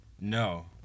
No